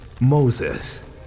Moses